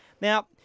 Now